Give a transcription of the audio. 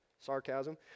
Sarcasm